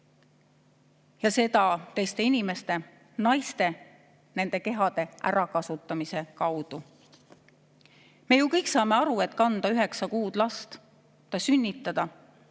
Ja seda teiste inimeste, naiste ja nende kehade ärakasutamise kaudu. Me kõik saame aru, et kanda üheksa kuud last, ta sünnitada